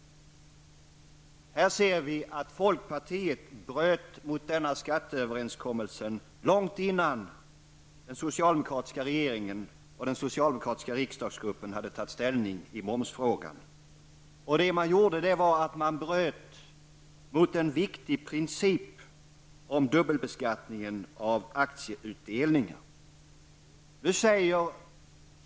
Här kan vi se hur folkpartiet bröt mot skatteöverenskommelsen långt innan den socialdemokratiska regeringen och den socialdemokratiska riksdagsgruppen hade tagit ställning i momsfrågan. Man bröt mot en viktigt princip om dubbelbeskattning av aktieutdelningar.